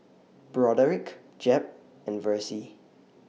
Broderick Jeb and Versie